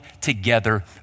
together